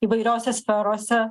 įvairiose sferose